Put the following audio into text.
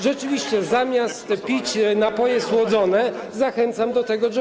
Rzeczywiście zamiast pić napoje słodzone, zachęcam do tego joggingu.